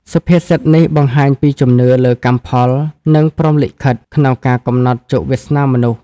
សុភាសិតនេះបង្ហាញពីជំនឿលើ «កម្មផល» និង «ព្រហ្មលិខិត» ក្នុងការកំណត់ជោគវាសនាមនុស្ស។